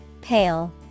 Pale